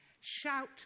shout